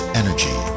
energy